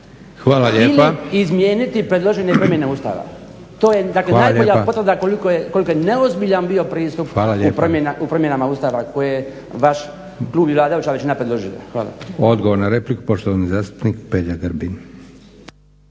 Ustava ili izmijeniti predložene promjene Ustava. To je dakle najbolja potvrda koliko je neozbiljan bio pristup u promjenama Ustava koje vaš klub i vladajuća većina predlaže. Hvala. **Leko, Josip (SDP)** Hvala lijepa. Odgovor na repliku, poštovani zastupnik Peđa Grbin.